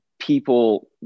people